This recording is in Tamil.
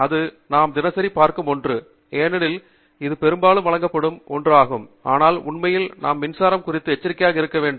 இது நாம் தினசரி பார்க்கும் ஒன்று ஏனெனில் இது பெரும்பாலும் வழங்கப்படும் என்று ஒன்றாகும் ஆனால் உண்மையில் நாம் மின்சாரம் குறித்து எச்சரிக்கையாக இருக்க வேண்டும்